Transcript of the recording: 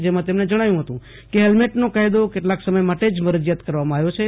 જેમા તેમણે જણાવ્યુ હતું કે હેલ્મેટનો કાયદો કેટલાક સમય માટે જ મરજીયાત કરવામાં આવ્યો છે